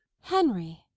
Henry